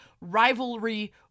rivalry